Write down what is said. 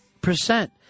percent